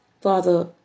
Father